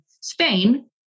Spain